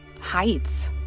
heights